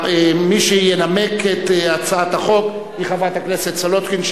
תנמק את הצעת החוק חברת הכנסת סולודקין,